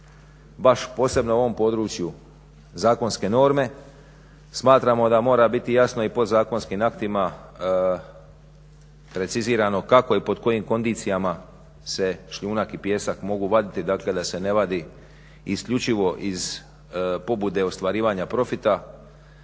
baš posebno na ovom području zakonske norme. Smatramo da mora biti jasno i podzakonskim aktima precizirano kako je pod kojim kondicijama se šljunak i pijesak mogu vaditi, dakle da se ne vadi isključivo iz pobude ostvarivanja profita